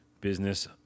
business